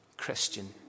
Christian